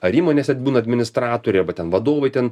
ar įmonėse būna administratoriai arba ten vadovai ten